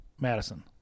Madison